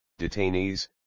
detainees